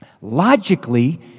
logically